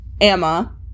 Emma